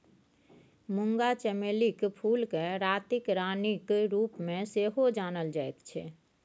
मूंगा चमेलीक फूलकेँ रातिक रानीक रूपमे सेहो जानल जाइत छै